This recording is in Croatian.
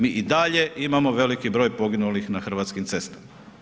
Mi i dalje imamo veliki broj poginulih na hrvatskim cestama.